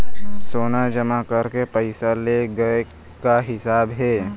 सोना जमा करके पैसा ले गए का हिसाब हे?